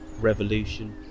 revolution